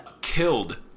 killed